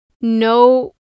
no